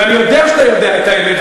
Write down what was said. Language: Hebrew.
ואני יודע שאתה יודע את האמת,